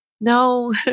no